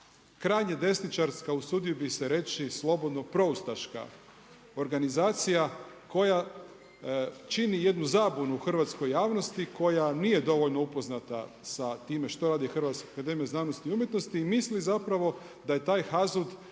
Krajnje desničarska usudio bih se reći, slobodno proustaška organizacija koja čini jednu zabunu hrvatskoj javnosti koja nije dovoljno upoznata sa time što radi HAZU i misli zapravo da je taj HAZUD